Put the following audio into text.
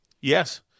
Yes